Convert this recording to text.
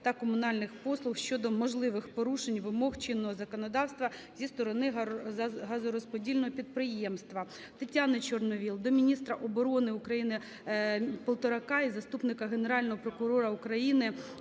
та комунальних послуг щодо можливих порушень вимог чинного законодавства зі сторони газорозподільного підприємства. Тетяни Чорновіл до міністра оборони України Полторака і заступника Генерального прокурора України